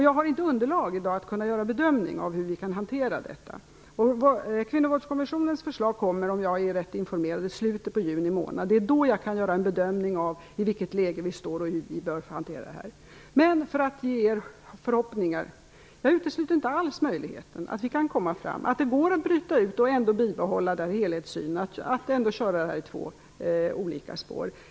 Jag har inte underlag att kunna göra en bedömning av hur vi kan hantera detta i dag. Kvinnovåldskommissionens förslag kommer, om jag är rätt informerad, i slutet på juni månad. Då kan jag göra en bedömning av i vilket läge vi befinner oss och hur vi bör hantera detta. Men för att ge er förhoppningar vill jag säga att jag inte alls utesluter möjligheten att det går att bryta ut detta och ändå bibehålla helhetssynen och att köra detta på två olika spår.